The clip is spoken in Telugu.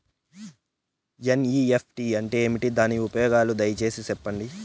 ఎన్.ఇ.ఎఫ్.టి అంటే ఏమి? దాని ఉపయోగాలు దయసేసి సెప్పండి?